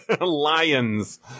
Lions